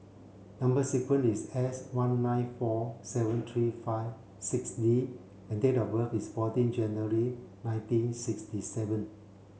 number sequence is S one nine four seven three five six D and date of birth is fourteen January nineteen sixty seven